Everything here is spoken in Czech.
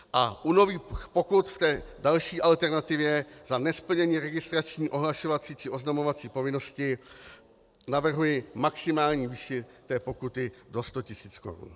A u nových pokut v té další alternativě za nesplnění registrační ohlašovací či oznamovací povinnosti navrhuji maximální výši té pokuty do 100 tisíc korun.